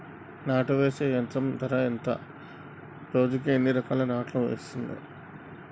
నాటు వేసే యంత్రం ధర ఎంత రోజుకి ఎన్ని ఎకరాలు నాటు వేస్తుంది?